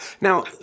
Now